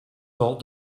thought